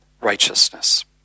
Righteousness